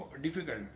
difficult